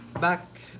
back